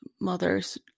mothers